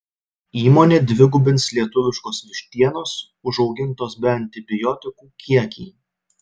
įmonė dvigubins lietuviškos vištienos užaugintos be antibiotikų kiekį